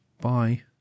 bye